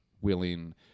willing